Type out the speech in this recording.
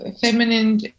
feminine